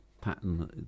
pattern